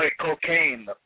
Cocaine